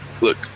look